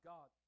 God